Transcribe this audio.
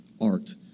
art